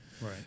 Right